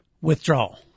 withdrawal